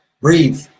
Breathe